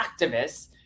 activists